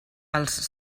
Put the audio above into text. els